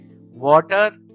water